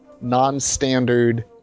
non-standard